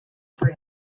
france